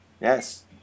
Yes